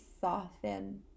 soften